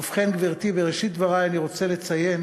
ובכן, גברתי, בראשית דברי אני רוצה לציין